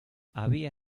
había